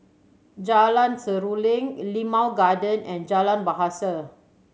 Jalan Seruling Limau Garden and Jalan Bahasa